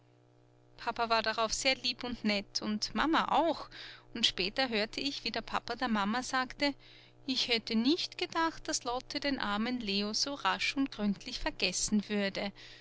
papa war darauf sehr lieb und nett und mama auch und später hörte ich wie der papa der mama sagte ich hätte nicht gedacht daß lotte den armen leo so rasch und gründlich vergessen würde